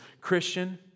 Christian